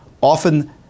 Often